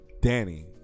Danny